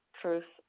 truth